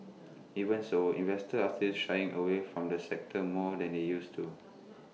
even so investors are still shying away from the sector more than they used to